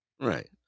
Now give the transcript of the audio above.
right